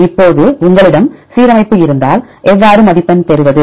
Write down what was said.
இப்போது உங்களிடம் சீரமைப்பு இருந்தால் எவ்வாறு மதிப்பெண் பெறுவது